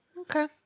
Okay